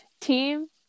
team